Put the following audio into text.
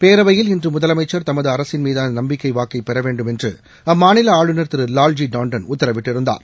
பேரவையில் இன்று முதலமைச்சர் தமது அரசின் மீதான நம்பிக்கை வாக்கை பெற வேண்டும் என்று அம்மாநில ஆளுநர் திரு லால்ஜி டாள்டன் உத்தரவிட்டிருந்தார்